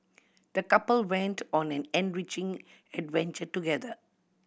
the couple went on an enriching adventure together